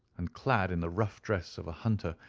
and clad in the rough dress of a hunter,